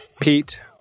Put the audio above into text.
Pete